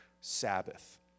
Sabbath